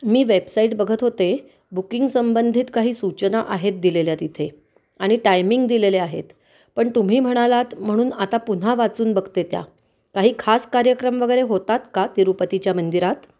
मी website बघत होते booking संबंधित काही सूचना आहेत दिलेल्या तिथे आणि टायमिंग दिलेले आहेत पण तुम्ही म्हणालात म्हणून आता पुन्हा वाचून बघते त्या काही खास कार्यक्रम वगैरे होतात का तिरुपतीच्या मंदीरात